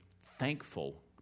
thankful